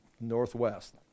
northwest